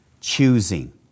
choosing